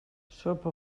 sopa